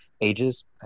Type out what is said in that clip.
ages